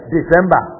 December